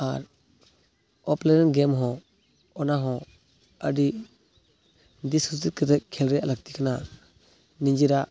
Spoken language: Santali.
ᱟᱨ ᱚᱯᱷ ᱞᱟᱭᱤᱱ ᱜᱮᱢᱦᱚᱸ ᱚᱱᱟᱦᱚᱸ ᱟᱹᱰᱤ ᱫᱤᱥᱦᱩᱫᱤᱥ ᱠᱟᱛᱮᱫ ᱠᱷᱮᱞ ᱨᱮᱭᱟᱜ ᱞᱟᱹᱠᱛᱤ ᱠᱟᱱᱟ ᱱᱤᱡᱮᱨᱟᱜ